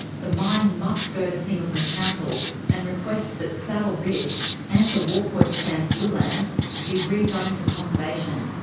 the mine must go to singleton council and request that saddle ridge and the warkworth sands woodland be rezoned for conservation.